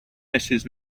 mrs